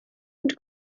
and